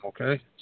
okay